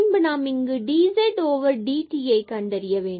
பின்பு நாம் இங்கு dz dtஐ கண்டறிய வேண்டும்